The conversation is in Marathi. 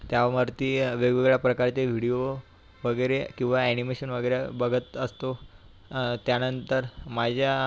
त्यावरती वेगवेगळ्या प्रकारचे व्हिडिओ वगैरे किंवा ॲनिमेशन वगैरे बघत असतो त्यानंतर माझ्या